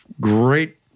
great